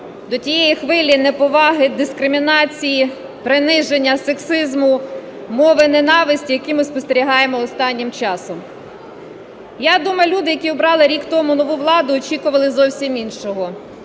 до тієї хвилі неповаги, дискримінації, приниження, сексизму, мови ненависті, які ми спостерігаємо останнім часом. Я думаю, люди, які обрали рік тому нову ладу, очікували зовсім іншого.